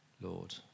Lord